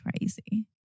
Crazy